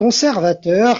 conservateur